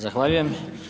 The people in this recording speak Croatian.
Zahvaljujem.